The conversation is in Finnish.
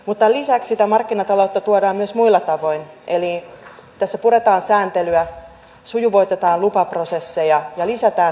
mutta lisäksi sitä markkinataloutta tuodaan myös muilla tavoin eli tässä puretaan sääntelyä sujuvoitetaan lupaprosesseja ja lisätään aukioloaikoja